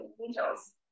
angels